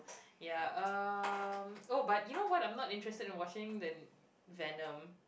ya um oh but you know what I'm not interested in watching the Venom